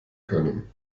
können